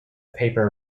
paper